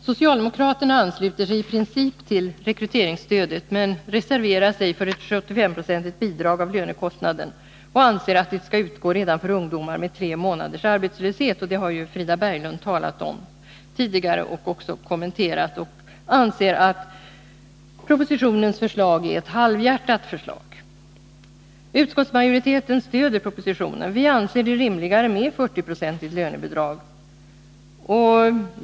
Socialdemokraterna ansluter sig i princip till rekryteringsstödet, men reserverar sig för ett bidrag på 75 70 av lönekostnaden. Socialdemokraterna anser också att det skall utgå redan för ungdomar med tre månaders arbetslöshet. Detta har Frida Berglund tidigare kommenterat. Hon anser att propositionens förslag är ett halvhjärtat förslag. Utskottsmajoriteten stöder dock propositionen. Vi anser det rimligare med 40 96 lönebidrag.